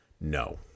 No